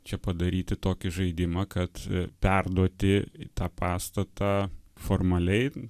čia padaryti tokį žaidimą kad perduoti tą pastatą formaliai